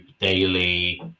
daily